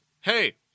Hey